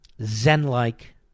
zen-like